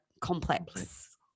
Complex